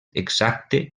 exacte